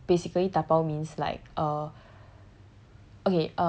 okay so basically dabao means like err